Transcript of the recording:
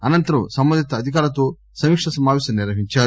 అనంతరం సంబంధిత అధికారులతోో సమీక్ష సమాపేశం నిర్వహించారు